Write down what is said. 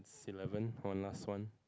eleven one last one